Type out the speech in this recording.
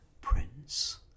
Prince